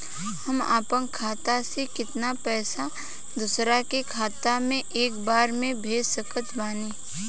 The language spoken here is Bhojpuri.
हम अपना खाता से केतना पैसा दोसरा के खाता मे एक बार मे भेज सकत बानी?